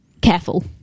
careful